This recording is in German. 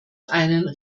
einen